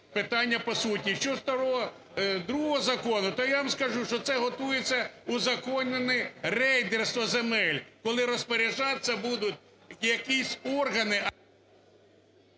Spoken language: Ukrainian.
питання по суті. Що ж до другого закону, то я вам скажу, що це готується узаконене рейдерство земель, коли розпоряджатися будуть якісь органи,